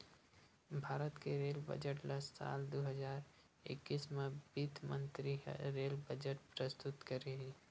भारत के rail budget ल साल दू हजार एक्कीस म बित्त मंतरी ह रेल बजट प्रस्तुत करे हे